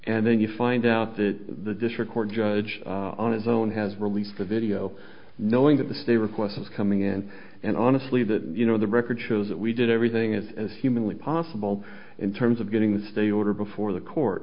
and then you find out that the district court judge on his own has released a video knowing that the stay requests coming in and honestly that you know the record shows that we did everything is as humanly possible in terms of getting the stay order before the court